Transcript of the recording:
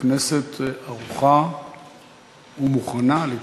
הכנסת ערוכה ומוכנה לתשובתך.